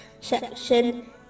section